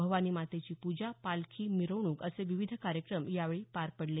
भवानी मातेची पूजा पालखी मिरवणूक असे विविध कार्यक्रम यावेळी पार पडले